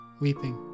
weeping